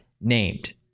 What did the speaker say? named